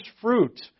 fruit